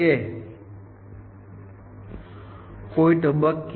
તે સમસ્યા કેટલી મોટી છે અને તમને કેટલી મેમરી ઉપલબ્ધ છે તેના પર આધાર રાખે છે